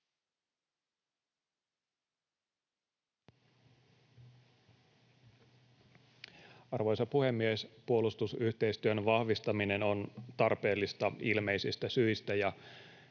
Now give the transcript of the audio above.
Arvoisa puhemies! Puolustusyhteistyön vahvistaminen on tarpeellista ilmeisistä syistä,